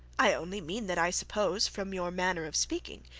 i only mean that i suppose, from your manner of speaking,